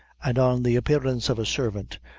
and on the appearance of a servant,